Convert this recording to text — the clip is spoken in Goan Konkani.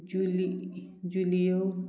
जुलि जुलियो